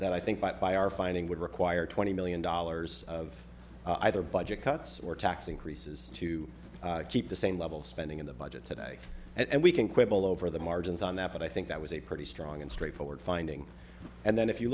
that i think by our finding would require twenty million dollars of either budget cuts or tax increases to keep the same level spending in the budget today and we can quibble over the margins on that but i think that was a pretty strong and straightforward finding and then if you